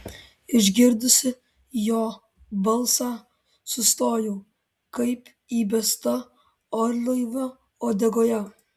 išgirdusi jo balsą sustojau kaip įbesta orlaivio uodegoje